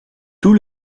tout